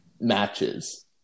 matches